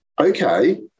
okay